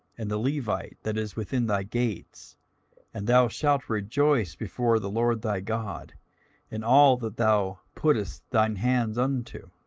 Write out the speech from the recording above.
and the levite that is within thy gates and thou shalt rejoice before the lord thy god in all that thou puttest thine hands unto.